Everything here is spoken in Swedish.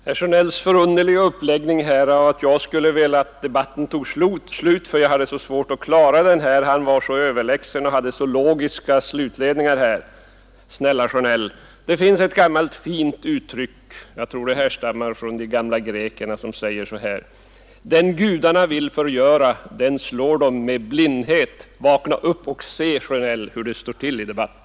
Fru talman! Herr Sjönell hade den förunderliga utläggningen att jag skulle ha velat att debatten tog slut därför att jag hade svårt att klara den — han var så överlägsen och hade så logiska slutledningar. Snälla herr Sjönell! Det finns ett fint uttryck som jag tror härstammar från de gamla grekerna: Den gudarna vill förgöra, den slår de med blindhet. — Vakna upp och se, herr Sjönell, hur det står till i debatten!